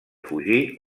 fugir